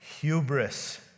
hubris